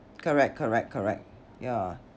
correct correct correct ya